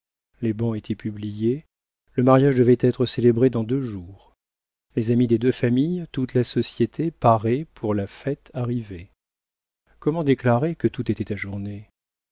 les bans étaient publiés le mariage devait être célébré dans deux jours les amis des deux familles toute la société parée pour la fête arrivaient comment déclarer que tout était ajourné